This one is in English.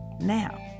now